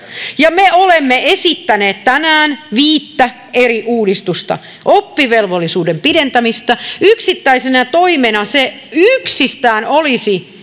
me olemme esittäneet tänään viittä eri uudistusta esimerkiksi oppivelvollisuuden pidentämistä yksittäisenä toimena se yksistään olisi